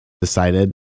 decided